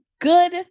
good